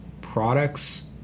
products